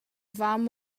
fam